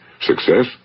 success